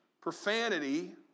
profanity